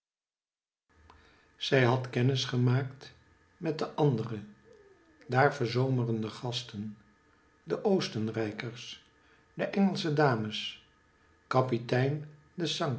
zij had kennis gemaakt met de andere daar verzomerende gasten de oostenrijkers de engelsche dames kapitein